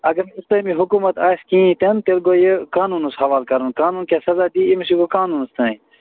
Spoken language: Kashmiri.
اَگر نہٕ اِسلٲمی حکوٗمت آسہِ کِہیٖنۍ تیٚلہِ گوٚو یہِ قانوٗنَس حوال کَرُن قانوٗن کیٛاہ سزا دِیہِ أمِس یہِ گوٚو قانونَس تانۍ